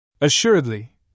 Assuredly